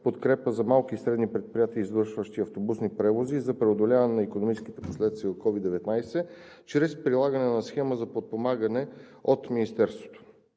„Подкрепа за малки и средни предприятия, извършващи автобусни превози, за преодоляване на икономическите последствия от COVID-19 чрез прилагане на схема за подпомагане от Министерството“.